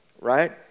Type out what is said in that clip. right